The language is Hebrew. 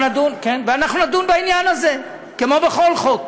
ואנחנו נדון בעניין הזה כמו בכל חוק.